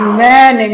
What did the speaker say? Amen